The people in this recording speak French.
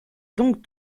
donc